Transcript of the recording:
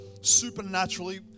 supernaturally